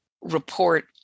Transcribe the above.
report